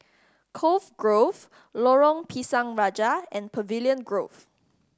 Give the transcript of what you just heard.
Cove Grove Lorong Pisang Raja and Pavilion Grove